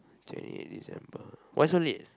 twenty eight December why so late